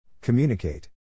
Communicate